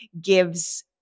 gives